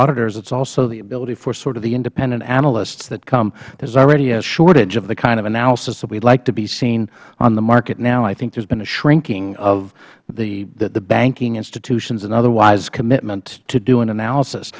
auditors it's also the ability for sort of the independent analysts that come there's already a shortage of the kind of analysis that we like to be seeing on the market now i think there's been a shrinking of the banking institutions and otherwise commitment to do an analysis